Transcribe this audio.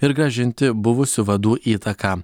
ir grąžinti buvusių vadų įtaką